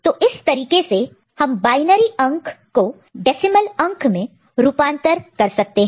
तो इस तरीके से हम बायनरी को डेसिमल में रूपांतर कन्वर्ट convert कर सकते हैं